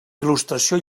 il·lustració